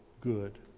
Good